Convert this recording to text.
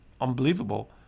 unbelievable